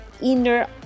inner